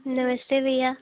नमस्ते भैया